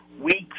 weeks